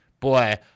Boy